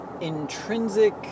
intrinsic